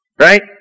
Right